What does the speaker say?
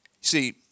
See